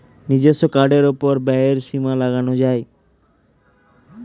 নিজস্ব কার্ডের উপর একটি ব্যয়ের সীমা লাগানো যায়